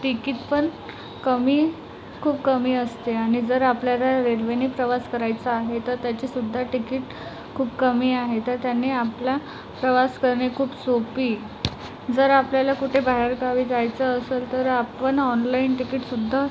ticket पण कमी खूप कमी असते आणि जर आपल्याला रेल्वेने प्रवास करायचा आहे तर त्याची सुद्धा तिकीट खूप कमी आहे तर त्याने आपला प्रवास करणे खूप सोपी जर आपल्याला कुठे बाहेरगावी जायचं असलं तर आपण ऑनलाइन तिकीट सुद्धा